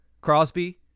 Crosby